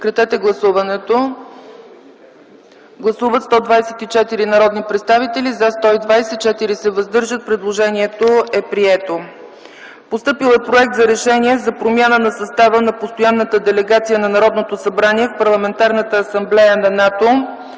европейските фондове. Гласували 124 народни представители: за 120, против няма, въздържали се 4. Предложението е прието. Постъпил е Проект за решение за промяна на състава на Постоянната делегация на Народното събрание в Парламентарната асамблея на НАТО.